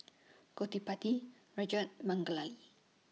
Gottipati Rajat